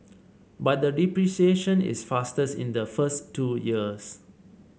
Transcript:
but the depreciation is fastest in the first two years